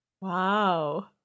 Wow